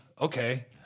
okay